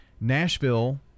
Nashville